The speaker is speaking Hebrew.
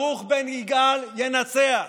ברוך בן יגאל ינצח.